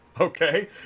Okay